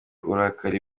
uburakari